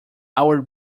our